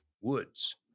woods